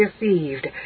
deceived